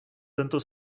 tento